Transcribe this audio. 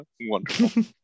Wonderful